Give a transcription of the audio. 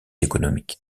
économique